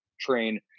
train